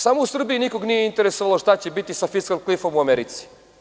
Samo u Srbiji nikoga nije interesovalo šta će biti sa Fiskal klif-om u Americi?